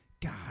God